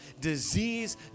disease